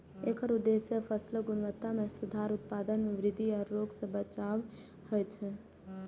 एकर उद्देश्य फसलक गुणवत्ता मे सुधार, उत्पादन मे वृद्धि आ रोग सं बचाव होइ छै